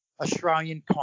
Australian